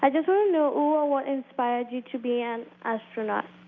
i just want to know who or what inspired you to be an astronaut.